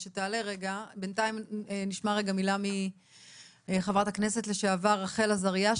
בינתיים נשמע מילה מחברת הכנסת לשעבר רחל עזריה,